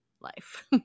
life